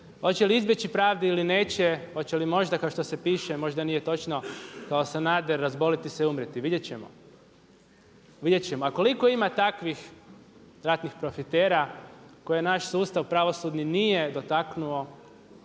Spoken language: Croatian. oće li izbjeći pravdu ili neće, oće li možda kao što se piše, možda nije točno kao Sanader razboliti se i umrijeti, vidjet ćemo. A koliko ima takvih ratnih profitera koje je naš sustav pravosudni nije dotaknuo,